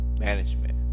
management